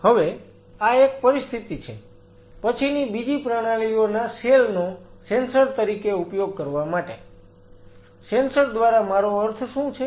Refer Slide Time 2246 હવે આ એક પરિસ્થિતિ છે પછીની બીજી પ્રાણીઓના સેલ નો સેન્સર તરીકે ઉપયોગ કરવા માટે સેન્સર દ્વારા મારો અર્થ શું છે